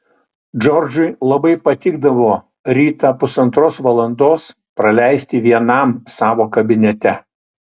džordžui labai patikdavo rytą pusantros valandos praleisti vienam savo kabinete